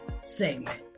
segment